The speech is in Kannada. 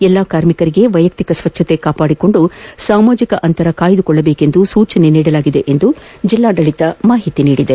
ಎಲ್ಲಾ ಕಾರ್ಮಿಕರಿಗೆ ವ್ಯೆಯಕ್ತಿಕ ಸ್ವಚ್ಛತೆ ಕಾಪಾಡಿಕೊಂಡು ಸಾಮಾಜಿಕ ಅಂತರ ಕಾಯ್ದುಕೊಳ್ಳುವಂತೆ ಸೂಚಿಸಿರುವುದಾಗಿ ಜಿಲ್ಲಾಡಳಿತ ತಿಳಿಸಿದೆ